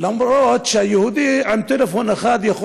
אבל יהודי בטלפון אחד,